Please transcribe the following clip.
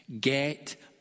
Get